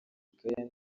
ikaye